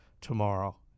tomorrow